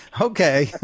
Okay